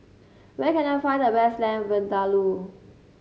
where can I find the best Lamb Vindaloo